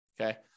Okay